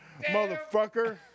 motherfucker